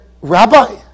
rabbi